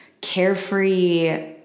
carefree